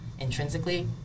intrinsically